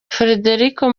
federico